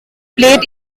played